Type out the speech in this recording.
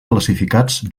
classificats